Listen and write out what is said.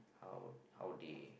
how how they